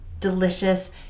Delicious